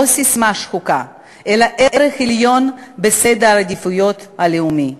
ססמה שחוקה אלא ערך עליון בסדר העדיפויות הלאומי.